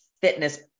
fitness